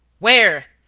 where?